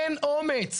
אין אומץ.